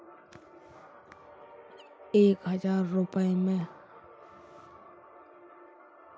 मैंने कोटक का mutual fund खरीदा है